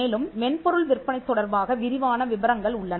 மேலும் மென்பொருள் விற்பனை தொடர்பாக விரிவான விபரங்கள் உள்ளன